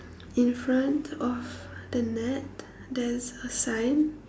in front of the net there's a sign